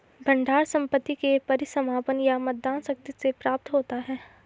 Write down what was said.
भंडार संपत्ति के परिसमापन या मतदान शक्ति से प्राप्त होता है